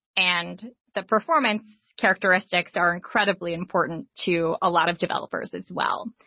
and the performance characteristics are incredibly important to a lot of developers as well.